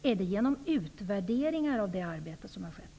Skall det ske genom utvärderingar av det arbete som har skett?